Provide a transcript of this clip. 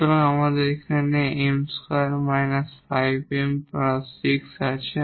সুতরাং আমাদের এখানে 𝑚2 5𝑚 6 আছে